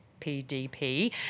PDP